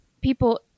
people